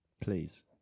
please